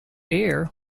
air